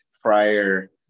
prior